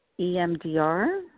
emdr